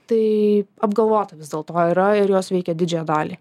tai apgalvota vis dėlto yra ir jos veikia didžiąją dalį